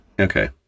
Okay